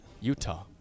Utah